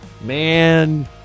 Man